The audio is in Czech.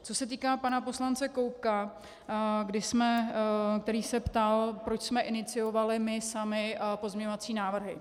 Co se týká pana poslance Koubka, který se ptal, proč jsme iniciovali my sami pozměňovací návrhy.